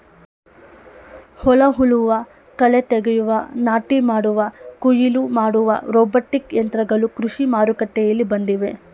ಹೊಲ ಉಳುವ, ಕಳೆ ತೆಗೆಯುವ, ನಾಟಿ ಮಾಡುವ, ಕುಯಿಲು ಮಾಡುವ ರೋಬೋಟಿಕ್ ಯಂತ್ರಗಳು ಕೃಷಿ ಮಾರುಕಟ್ಟೆಯಲ್ಲಿ ಬಂದಿವೆ